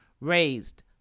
raised